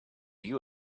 you